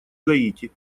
гаити